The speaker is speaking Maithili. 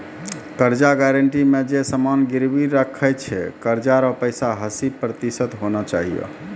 कर्जा गारंटी मे जे समान गिरबी राखै छै कर्जा रो पैसा हस्सी प्रतिशत होना चाहियो